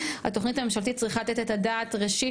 התוכנית הממשלתית צריכה לתת את הדעת ראשית